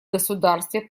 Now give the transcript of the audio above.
государстве